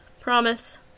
Promise